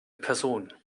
person